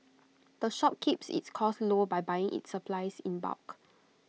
the shop keeps its costs low by buying its supplies in bulk